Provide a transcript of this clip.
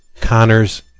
Connors